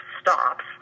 stops